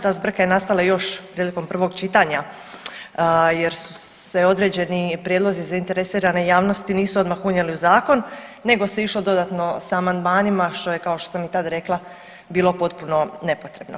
Ta zbrka je nastala još prilikom prvog čitanja jer su se određeni prijedlozi zainteresirane javnosti nisu odmah unijeli u zakon nego se išlo dodatno sa amandmanima, što je kao što sam i tad rekla bilo potpuno nepotrebno.